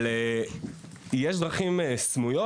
אבל יש דרכים סמויות,